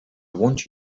want